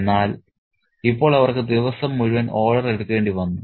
എന്നാൽ ഇപ്പോൾ അവർക്ക് ദിവസം മുഴുവൻ ഓർഡർ എടുക്കേണ്ടി വന്നു